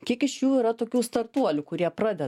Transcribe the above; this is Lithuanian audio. kiek iš jų yra tokių startuolių kurie pradeda